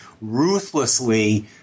ruthlessly